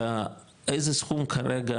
איזה סכום כרגע,